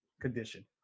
condition